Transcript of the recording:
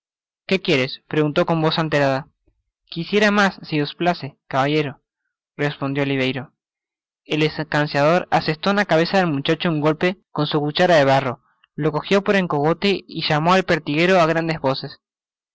que quieres preguntó con voz alterada quisiera mas si os place caballero respondió oliverio el escanciador asestó en la cabeza del muchacho un golpe con su cuchara de barro lo cojió por el cogote y llamó al pertiguero á grandes voces los